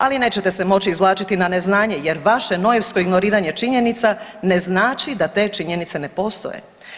Ali nećete se moći izvlačiti na neznanje jer vaše nojevsko ignoriranje činjenica ne znači da te činjenice ne postoje.